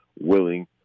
willing